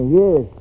yes